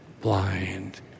blind